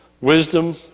wisdom